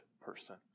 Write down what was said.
person